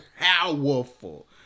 powerful